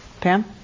Pam